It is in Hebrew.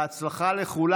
בהצלחה לכולם.